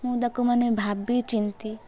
ମୁଁ ତାକୁ ମାନେ ଭାବି ଚିନ୍ତି